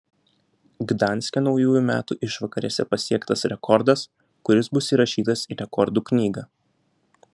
gdanske naujųjų metų išvakarėse pasiektas rekordas kuris bus įrašytas į rekordų knygą